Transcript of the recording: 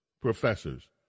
professors